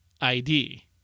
ID